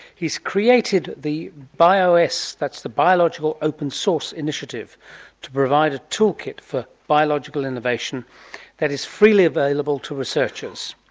he's created the bios, that's the biological open source initiative to provide a toolkit for biological innovation that is freely available to researchers.